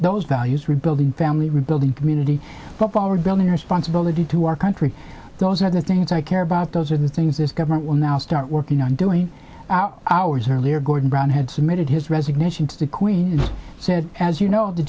those values rebuilding family rebuilding community but while we're building responsibility to our country those are the things i care about those are the things this government will now start working on doing out hours earlier gordon brown had submitted his resignation to the queen so as you know the